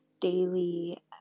daily